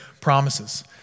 promises